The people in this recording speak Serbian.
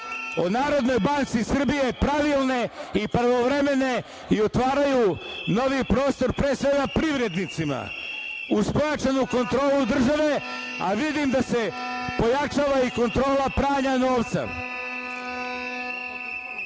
o Narodnoj banci Srbije pravilne i pravovremene i otvaraju novi prostor, pre svega, privrednicima uz pojačanu kontrolu države, a vidim da se pojačava i kontrola pranja novca. Želim